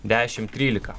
dešim trylika